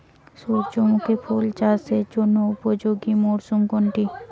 সূর্যমুখী ফুল চাষের জন্য উপযোগী মরসুম কোনটি?